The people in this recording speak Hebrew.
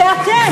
שאתם,